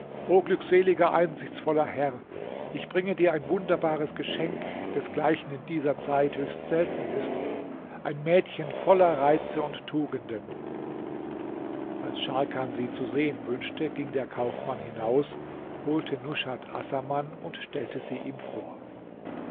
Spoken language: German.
o du glückseliger einsichtsvoller herr ich bringe dir ein wunderbares geschenk desgleichen in dieser zeit höchst selten ist ein mädchen voller reize und tugenden als scharkan sie zu sehen wünschte ging der kaufmann hinaus holte nushat assaman und stellte sie ihm vor